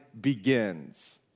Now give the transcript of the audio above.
begins